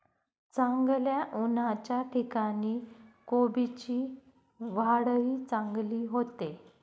चांगल्या उन्हाच्या ठिकाणी कोबीची वाढही चांगली होते